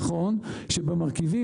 נכון שבמרכיבים,